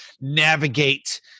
navigate